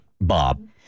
Bob